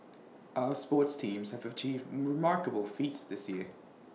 our sports teams have achieved remarkable feats this year